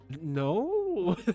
No